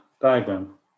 diagram